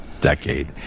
decade